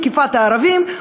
תקיפת הערבים.